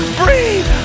breathe